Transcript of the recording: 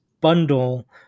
bundle